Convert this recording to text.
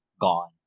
gone